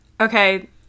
Okay